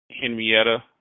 Henrietta